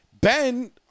Ben